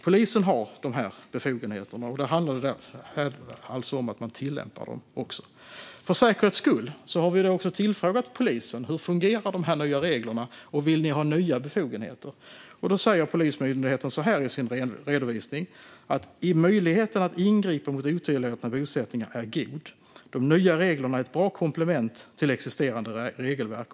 Polisen har dessa befogenheter; det handlar om att man också ska tillämpa dem. För säkerhets skull har vi frågat polisen hur de nya reglerna fungerar och om man vill ha nya befogenheter. Polismyndigheten säger i sin redovisning att "möjligheten att ingripa mot otillåtna bosättningar är god" och att de nya reglerna är "ett bra komplement till redan existerande regelverk".